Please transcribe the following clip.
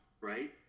right